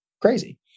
crazy